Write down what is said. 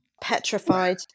Petrified